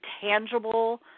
tangible